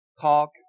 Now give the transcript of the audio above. Talk